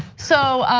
so